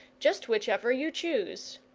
just whichever you choose.